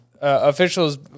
officials